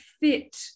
fit